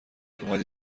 اومدی